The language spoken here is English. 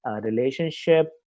relationship